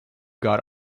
got